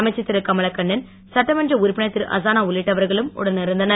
அமைச்சர் திருகமலக்கண்ணன் சட்டமன்ற உறுப்பினர் திருஅசனா உள்ளிட்டவர்களும் உடனிருந்தனர்